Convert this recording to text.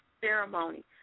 ceremony